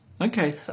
Okay